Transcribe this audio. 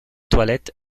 toilette